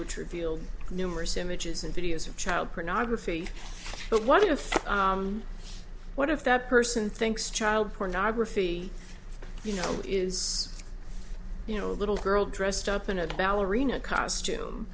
which revealed numerous images and videos of child pornography but what if what if that person thinks child pornography you know it is you know a little girl dressed up in a ballerina costume